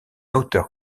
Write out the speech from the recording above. auteur